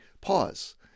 pause